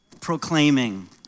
proclaiming